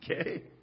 Okay